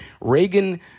reagan